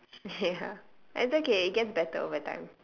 ya it's okay it gets better over time